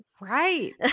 Right